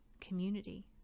community